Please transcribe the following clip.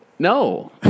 No